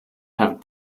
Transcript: have